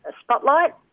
spotlight